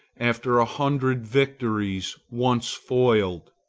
after a hundred victories, once foiled,